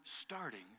starting